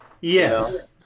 Yes